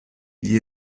gli